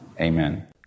Amen